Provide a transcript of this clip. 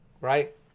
right